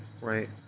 right